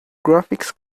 graphics